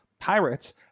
pirates